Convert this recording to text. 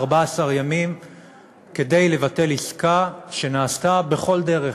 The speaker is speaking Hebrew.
14 ימים כדי לבטל עסקה שנעשתה בכל דרך,